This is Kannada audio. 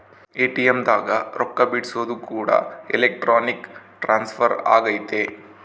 ಎ.ಟಿ.ಎಮ್ ದಾಗ ರೊಕ್ಕ ಬಿಡ್ಸೊದು ಕೂಡ ಎಲೆಕ್ಟ್ರಾನಿಕ್ ಟ್ರಾನ್ಸ್ಫರ್ ಅಗೈತೆ